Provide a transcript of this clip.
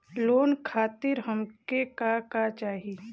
Loan खातीर हमके का का चाही?